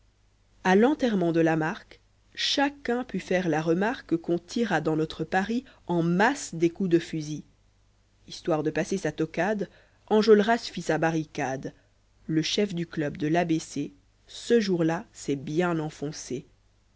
a l'enterrement de lamarque chacun put faire la remarque qu'on tira dans notre paris en masse des coups dé fusil histoire de passer sa toquade enjolras fit sa barricade le chef du club de l'a b c ce jour-là s'est bien enfoncé